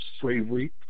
slavery